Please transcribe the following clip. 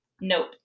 nope